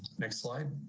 next slide.